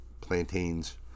plantains